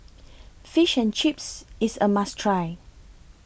Fish and Chips IS A must Try